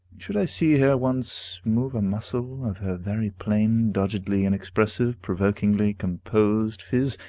should i see her once move a muscle of her very plain, doggedly inexpressive, provokingly composed phiz,